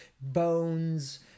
bones